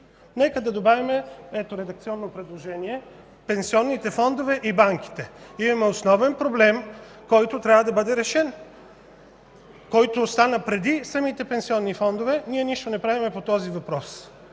Нека да добавим – ето, правя редакционно предложение: „пенсионните фондове и банките”. Имаме основен проблем, който трябва да бъде решен, който остана преди самите пенсионни фондове и ние нищо не правим по този въпрос.